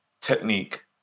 technique